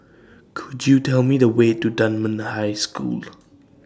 Could YOU Tell Me The Way to Dunman High School